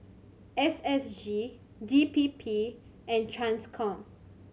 S S G D P P and Transcom